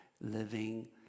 living